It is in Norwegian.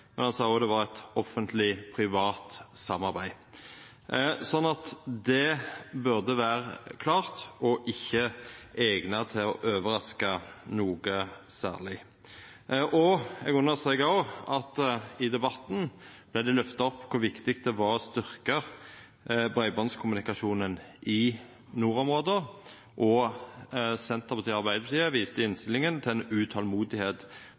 men han sa òg det var eit offentleg–privat samarbeid. Det burde vera klart og ikkje eigna til å overraska noko særleg. Eg understrekar òg at det i debatten vart lyfta opp kor viktig det var å styrkja breibandskommunikasjonen i nordområda. Senterpartiet og Arbeidarpartiet viste i innstillinga til